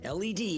LED